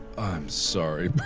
i'm sorry but